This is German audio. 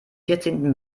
vierzehnten